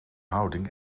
houding